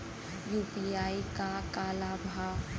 UPI क का का लाभ हव?